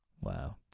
Wow